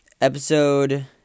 Episode